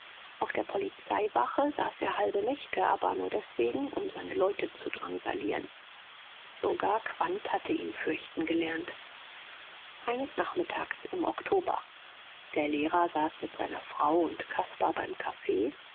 auf der polizeiwache saß er halbe nächte aber nur deswegen um seine leute zu drangsalieren sogar quandt hatte ihn fürchten gelernt eines nachmittags im oktober der lehrer saß mit seiner frau und caspar beim kaffee